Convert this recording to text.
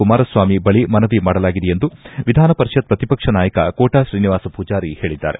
ಕುಮಾರಸ್ವಾಮಿ ಬಳಿ ಮನವಿ ಮಾಡಲಾಗಿದೆ ಎಂದು ವಿಧಾನಪರಿಷತ್ ಪ್ರತಿಪಕ್ಷ ನಾಯಕ ಕೋಟಾ ತ್ರೀನಿವಾಸ ಪೂಜಾರಿ ಹೇಳಿದ್ದಾರೆ